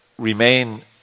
remain